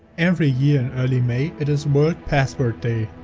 every year in early may it is world password day.